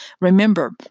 Remember